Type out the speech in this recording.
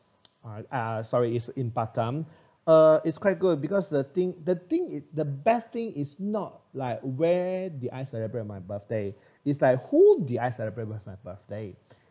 uh sorry is in batam uh is quite good because the thing the thing the best thing is not like where did I celebrate my birthday is who did I celebrate my birthday